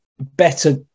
better